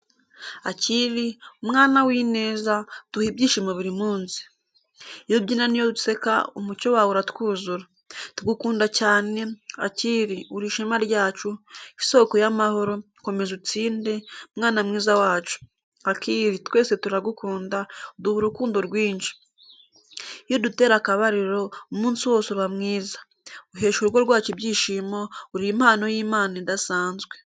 Akili, mwana w’ineza, uduha ibyishimo buri munsi. Iyo ubyina n’iyo useka, umucyo wawe uratwuzura. Tugukunda cyane, Akili, uri ishema ryacu, isoko y’amahoro, komeza utsinde, mwana mwiza wacu. Akili, twese turagukunda, uduha urukundo rwinshi. Iyo udutera akabariro, umunsi wose uba mwiza. Uhesha urugo rwacu ibyishimo, uri impano y’Imana idasanzwe.